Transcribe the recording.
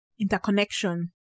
interconnection